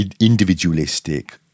individualistic